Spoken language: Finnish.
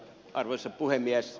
arvoisa puhemies